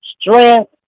strength